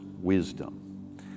wisdom